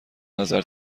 نظر